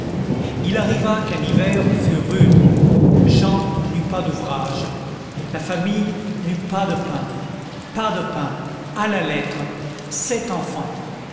il arriva qu'un hiver fut rude jean n'eut pas d'ouvrage la famille n'eut pas de pain pas de pain à la lettre sept enfants